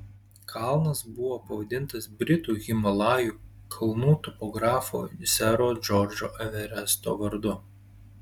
kalnas buvo pavadintas britų himalajų kalnų topografo sero džordžo everesto vardu